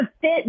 fit